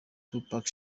tupac